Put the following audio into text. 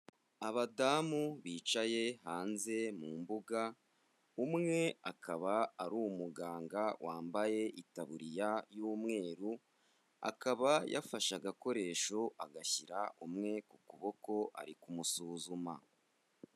Abadamu bicaye hanze mu mbuga, umwe akaba ari umuganga wambaye itaburiya y'umweru, akaba yafashe agakoresho agashyira umwe ku kuboko ari kumusuzuma.